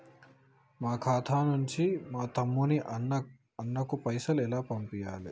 మా ఖాతా నుంచి మా తమ్ముని, అన్న ఖాతాకు పైసలను ఎలా పంపియ్యాలి?